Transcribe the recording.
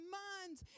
minds